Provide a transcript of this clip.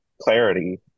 clarity